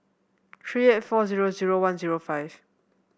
three eight four zero zero one zero five